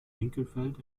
winkelfeld